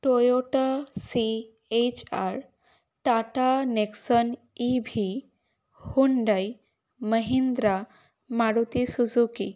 Toyota C H R Tata Nexon E V Hyundai Mahindra Maruti Suzuki